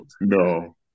No